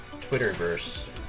Twitterverse